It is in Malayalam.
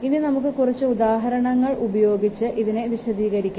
ഇനി നമുക്ക് കുറച്ച് ഉദാഹരണങ്ങൾ ഉപയോഗിച്ച് ഇതിനെ വിശദീകരിക്കാം